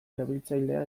erabiltzailea